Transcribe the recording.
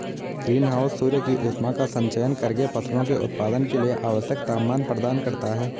green house सूर्य की ऊष्मा का संचयन करके फसलों के उत्पादन के लिए आवश्यक तापमान प्रदान करता है